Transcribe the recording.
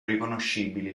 riconoscibili